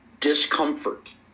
discomfort